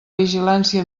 vigilància